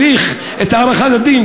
האריך את הכרעת הדין,